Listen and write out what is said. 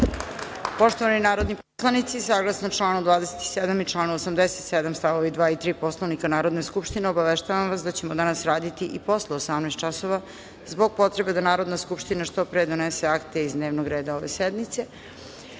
Hvala. Poštovani narodni poslanici, saglasno članu 27. i članu 87. stavovi 2. i 3. Poslovnika Narodne skupštine, obaveštavam vas da ćemo danas raditi i posle 18.00 časova zbog potrebe da Narodna skupština što pre donese akte iz dnevnog reda ove sednice. Sistem